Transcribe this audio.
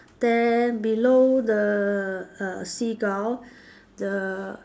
then below the uh seagull the